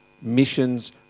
Missions